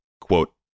quote